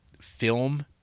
film